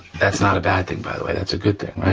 that's not a bad thing by the way, that's a good thing,